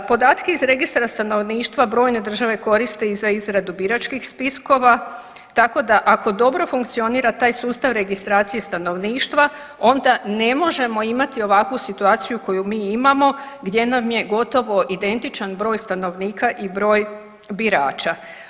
Podatke iz registra stanovništva brojne države koriste i za izradu biračkih spiskova, tako da ako dobro funkcionira taj sustav registracije stanovništva onda ne možemo imati ovakvu situaciju koju mi imamo gdje nam je gotovo identičan broj stanovnika i broj birača.